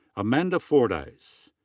amanda fordyce.